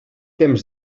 temps